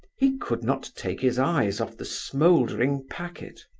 he could not take his eyes off the smouldering packet.